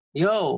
yo